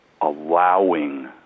allowing